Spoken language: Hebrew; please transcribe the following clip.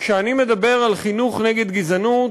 כשאני מדבר על חינוך נגד גזענות,